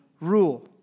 rule